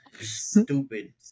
Stupid